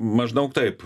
maždaug taip